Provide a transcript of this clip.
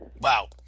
Wow